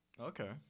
Okay